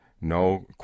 no